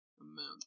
amount